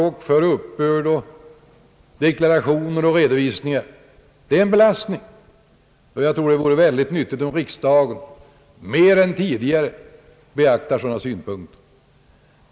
Detta är en belastning för varje människa som vi tar i anspråk för dessa uppgifter. Jag tror det vore väldigt nyttigt om riksdagen mer än tidigare beaktade sådana synpunkter.